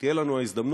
תהיה לנו ההזדמנות,